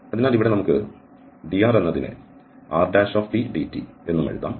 അതിനാൽ ഇവിടെ നമുക്ക് dr എന്നതിനെ rdt എന്നും എഴുതാം